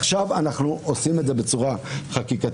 עכשיו אנחנו עושים את זה בצורה חקיקתית.